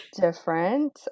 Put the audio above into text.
different